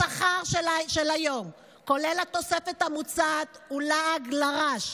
השכר של היום כולל התוספת המוצעת הוא לעג לרש,